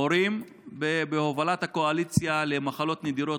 הורים בהובלת הקואליציה למחלות נדירות,